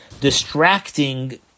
distracting